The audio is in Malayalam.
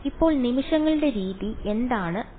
ഇപ്പോൾ നിമിഷങ്ങളുടെ രീതി എന്താണ് നിർദ്ദേശിക്കുന്നത്